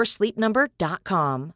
SleepNumber.com